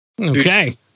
Okay